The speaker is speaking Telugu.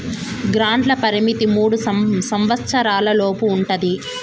గ్రాంట్ల పరిమితి మూడు సంవచ్చరాల లోపు ఉంటది